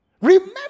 Remember